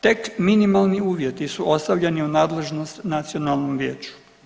Tek minimalni uvjeti su ostavljeni u nadležnost nacionalnom vijeću.